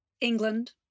England